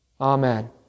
Amen